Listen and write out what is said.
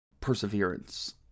perseverance